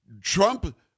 Trump